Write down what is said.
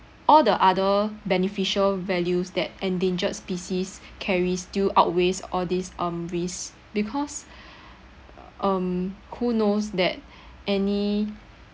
all the other beneficial values that endangered species carry still outweighs all these um risk because um who knows that any